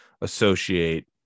associate